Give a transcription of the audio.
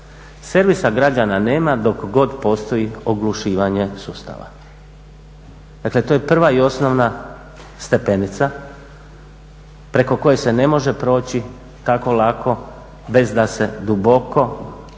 Servisa građana nema dok god postoji oglušivanje sustava. Dakle, to je prva i osnovna stepenica preko koje se ne može proći tako lako bez da se duboko ne